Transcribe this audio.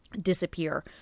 disappear